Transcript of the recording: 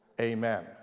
amen